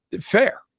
fair